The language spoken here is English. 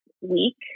week